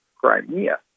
Crimea